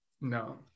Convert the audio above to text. No